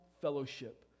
fellowship